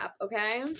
okay